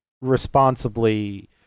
responsibly